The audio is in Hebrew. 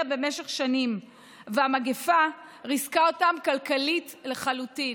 במשך שנים והמגפה ריסקה אותם כלכלית לחלוטין.